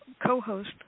co-host